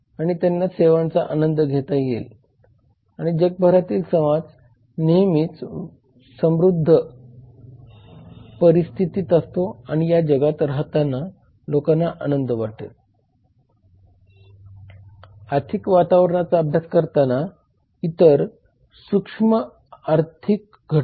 तर हे असे काही कायदे आहेत जे मंजूर झाले आहेत आणि जे उठवले गेले आहेत आणि हे कायदे व्यवसायावर परिणाम करतात